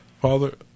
Father